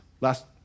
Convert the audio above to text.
last